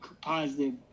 positive